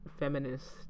feminist